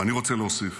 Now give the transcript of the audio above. ואני רוצה להוסיף: